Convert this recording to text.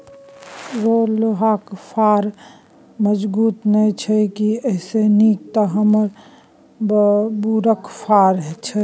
रौ लोहाक फार मजगुत नै छौ की एइसे नीक तँ हमर बबुरक फार छै